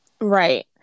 Right